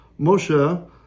Moshe